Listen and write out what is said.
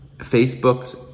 Facebook's